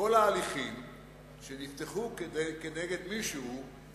שכל ההליכים שנפתחו כנגד מישהו,